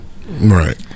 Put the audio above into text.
Right